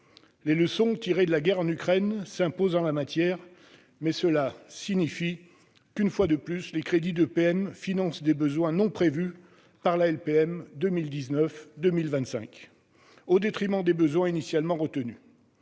Les leçons tirées de la guerre en Ukraine s'imposent en la matière. Mais cela signifie qu'une fois de plus les crédits d'EPM financent des besoins non prévus par la LPM 2019-2025, au détriment des besoins initialement retenus.